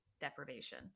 deprivation